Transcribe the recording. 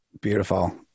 Beautiful